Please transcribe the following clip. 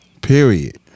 Period